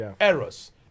errors